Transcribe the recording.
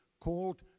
called